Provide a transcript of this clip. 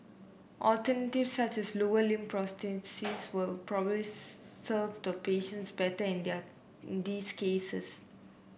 alternatives such as lower limb prosthesis will probably serve the patients better in there these cases